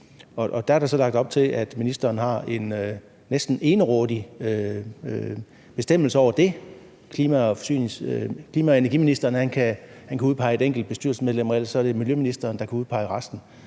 og der er der så lagt op til, at ministeren har en næsten egenrådig bestemmelse over det – klima- og energiministeren kan udpege et enkelt bestyrelsesmedlem, og ellers er det miljøministeren, der kan udpege resten.